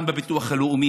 גם בביטוח הלאומי